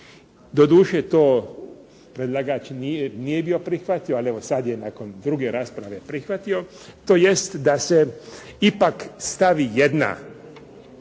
Doduše to predlagač nije bio prihvatio, ali evo sad je nakon druge rasprave prihvatio, tj. da se ipak stavi jedna,